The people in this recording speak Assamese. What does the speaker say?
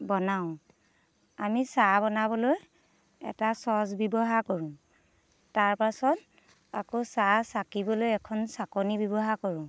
বনাওঁ আমি চাহ বনাবলৈ এটা চচ ব্যৱহাৰ কৰোঁ তাৰ পাছত আকৌ চাহ চাকিবলৈ এখন চাকনী ব্যৱহাৰ কৰোঁ